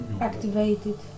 activated